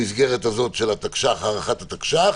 במסגרת הזאת של הארכת התקש"ח,